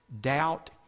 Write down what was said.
doubt